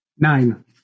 Nine